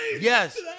Yes